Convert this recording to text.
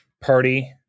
party